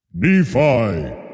Nephi